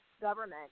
government